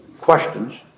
questions